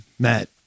Matt